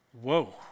Whoa